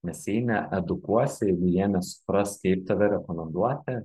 nes jei needukuosi jeigu jie nesupras kaip tave rekomenduoti